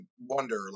wonder